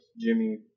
Jimmy